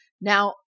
Now